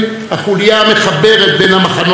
בין בתי מדרש שונים,